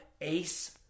ace